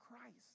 Christ